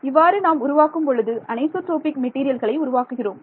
இவ்வாறு நாம் உருவாக்கும் பொழுது அனைசோட்ரோபிக் மெட்டீரியல்களை உருவாக்குகிறோம்